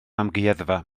amgueddfa